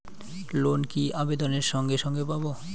Loan কি আবেদনের সঙ্গে সঙ্গে পাব?